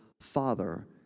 father